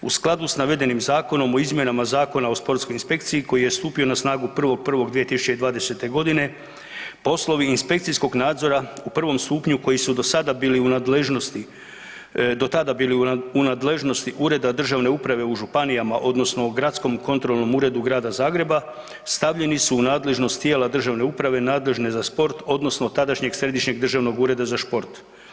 U skladu s navedenim Zakonom o izmjenama Zakona o sportskoj inspekciji koji je stupio na snagu 1.1.2020. godine poslovi inspekcijskog nadzora u prvom stupnju, koji su do sada bili u, do tada bili u nadležnosti Ureda državne uprave u Županijama, odnosno u gradskom kontrolnom uredu Grada Zagreba, stavljeni su u nadležnost tijela državne uprave nadležne za sport, odnosno tadašnjeg Središnjeg državnog ureda za šport.